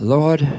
Lord